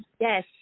Yes